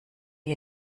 ihr